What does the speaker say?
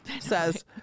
says